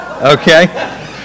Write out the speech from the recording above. Okay